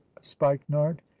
spikenard